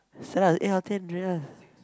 Stella eh I'll tell Andrea